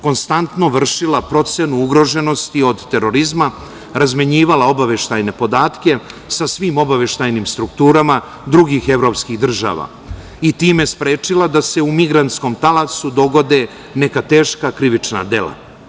Konstantno vršila procenu ugroženosti od terorizma, razmenjivala obaveštajne podatke sa svim obaveštajnim strukturama drugih evropskih država i time sprečila da se u migrantskom talasu dogode neka teška krivična dela.